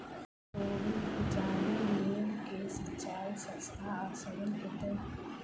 कोबी उपजाबे लेल केँ सिंचाई सस्ता आ सरल हेतइ?